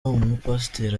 umupasiteri